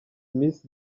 miss